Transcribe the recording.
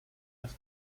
nach